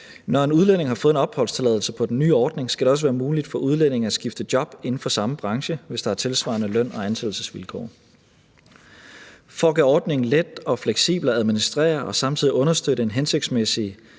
Når en udlænding har fået en opholdstilladelse på den nye ordning, skal det også være muligt for udlændingen at skifte job inden for samme branche, hvis der er tilsvarende løn- og ansættelsesvilkår. For at gøre ordningen let og fleksibel at administrere og samtidig understøtte en hensigtsmæssig